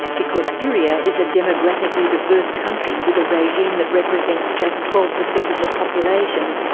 because syria is a demographically diverse country with a regime that represents just twelve percent of the population,